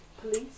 police